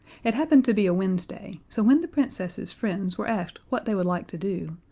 it happened to be a wednesday, so when the princess's friends were asked what they would like to do,